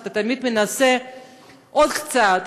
שאתה תמיד מנסה עוד קצת,